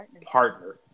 partner